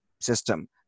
system